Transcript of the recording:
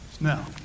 Now